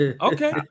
okay